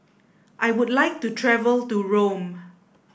I would like to travel to Rome